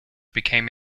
became